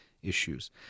issues